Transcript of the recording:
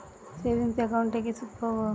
Savings একাউন্টে কি সুদ পাব?